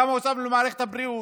כמה הוספנו למערכת הבריאות.